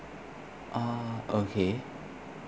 ah okay